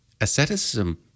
asceticism